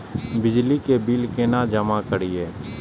बिजली के बिल केना जमा करिए?